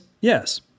yes